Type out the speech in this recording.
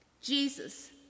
Jesus